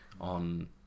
on